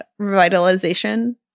revitalization